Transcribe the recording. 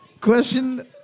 Question